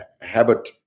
habit